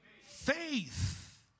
Faith